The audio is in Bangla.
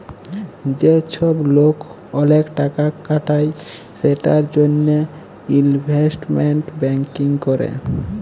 যে চ্ছব লোক ওলেক টাকা খাটায় সেটার জনহে ইলভেস্টমেন্ট ব্যাঙ্কিং ক্যরে